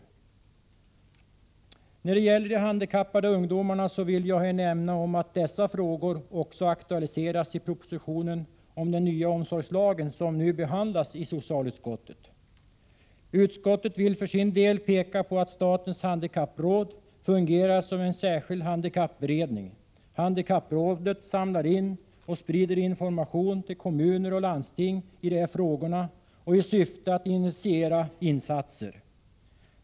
När det gäller frågor som rör handikappade ungdomar vill jag nämna att dessa frågor aktualiseras också i den proposition om den nya omsorgslagen som nu behandlas i socialutskottet. Utskottet vill för sin del peka på att statens handikappråd fungerar som en särskild handikappberedning. Handikapprådet samlar in och sprider information till kommuner och landsting i syfte att initiera insatser.